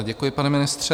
Děkuji, pane ministře.